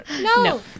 No